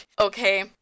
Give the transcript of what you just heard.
okay